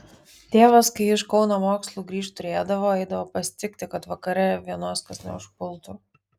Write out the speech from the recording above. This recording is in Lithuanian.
tėvas kai ji iš kauno mokslų grįžt turėdavo eidavo pasitikti kad vakare vienos kas neužpultų